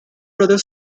brother